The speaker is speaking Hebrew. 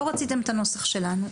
לא רציתם את הנוסח שלנו,